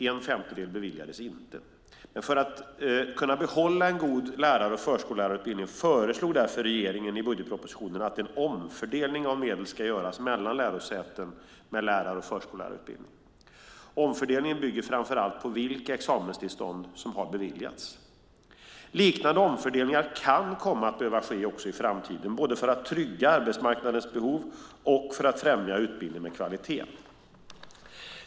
En femtedel beviljades inte. För att kunna behålla en god lärar och förskollärarförsörjning föreslog därför regeringen i budgetpropositionen att en omfördelning av medel ska göras mellan lärosäten med lärar och förskollärarutbildningar. Omfördelningen bygger framför allt på vilka examenstillstånd som har beviljats. Liknande omfördelningar kan komma att behöva ske också i framtiden, både för att trygga arbetsmarknadens behov och för att främja utbildning med kvalitet.